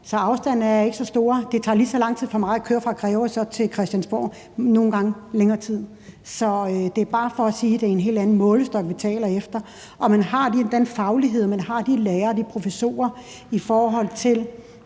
Så afstandene er ikke så store. Det tager lige så lang tid for mig at køre fra Greve til Christiansborg, nogle gange tager det længere tid. Så det er bare for at sige, at det er en helt anden målestok, vi taler om. Man har den faglighed, og man har de lærere og de professorer, hvis